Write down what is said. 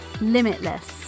limitless